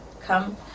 come